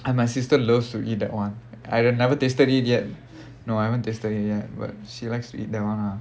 and my sister loves to eat that [one] I have never tasted it yet no I haven't tasted it yet but she likes to eat that [one] lah